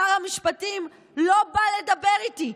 שר המשפטים לא בא לדבר איתי.